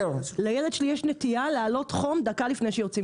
לילד שלי יש נטייה להעלות חום שנייה לפני שיוצאים